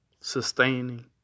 Sustaining